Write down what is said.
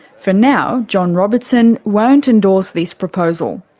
for now, john robertson won't endorse this proposal.